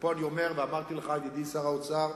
ופה אני אומר ואמרתי לך, ידידי שר האוצר: